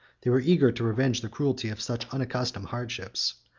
they were eager to revenge the cruelty of such unaccustomed hardships.